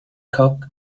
cock